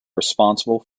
responsible